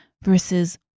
versus